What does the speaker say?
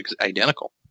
identical